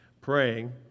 praying